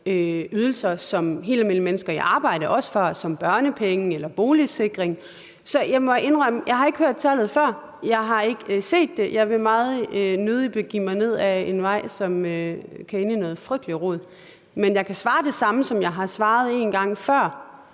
ydelser, som helt almindelige mennesker i arbejde også får, som børnepenge eller boligsikring. Så jeg må indrømme, at jeg ikke har hørt tallet før. Jeg har ikke set det. Jeg vil meget nødig begive mig ned ad en vej, som kan ende i noget frygteligt rod. Men jeg kan svare det samme, som jeg har svaret en gang før,